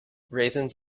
raisins